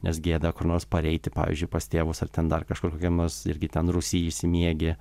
nes gėda kur nors pareiti pavyzdžiui pas tėvus ar ten dar kažkur kokiam nors irgi ten rūsy išsimiegi